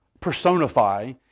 personify